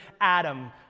Adam